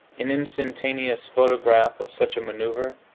an instantaneous photograph of such a maneuvre,